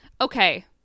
okay